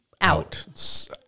out